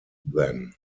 then